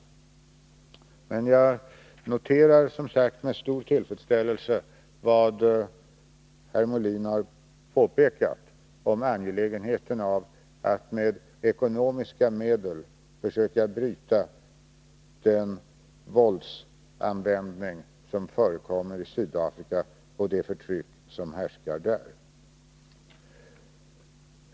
Men jag noterar som sagt med stor tillfredsställelse vad herr Molin har påpekat om angelägenheten av att med ekonomiska medel försöka bryta den våldsanvändning som förekommer i Sydafrika och det förtryck som härskar där.